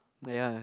there are